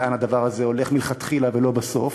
לאן הדבר הזה באמת הולך מלכתחילה ולא בסוף,